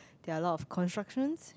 there are a lot of constructions